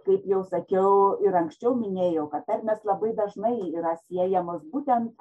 kaip jau sakiau ir anksčiau minėjau kad tarmės labai dažnai yra siejamas būtent